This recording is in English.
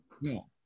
No